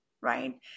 right